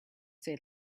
say